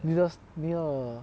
maybe just ya